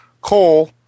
Coal